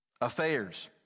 Affairs